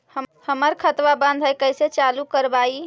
हमर खतवा बंद है कैसे चालु करवाई?